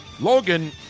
Logan